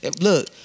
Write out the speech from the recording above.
Look